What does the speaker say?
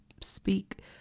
speak